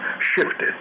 shifted